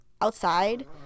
outside